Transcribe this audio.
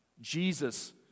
Jesus